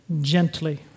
gently